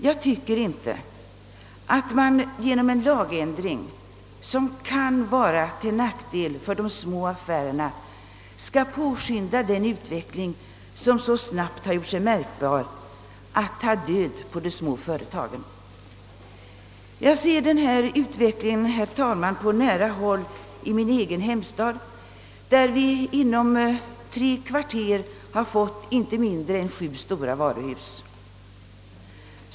Jag tycker inte att vi genom en lagändring som kan vara till nackdel för de små affärerna skall påskynda den utveckling, som så snabbt har gjort sig märkbar — att ta död på småföretagen. Jag ser denna utveckling, herr talman, på nära håll i min egen hemstad, där vi inom tre kvarter har fått inte mindre än sju stora varuhus.